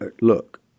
look